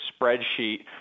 spreadsheet